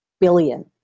billion